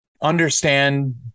understand